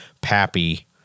Pappy